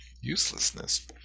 uselessness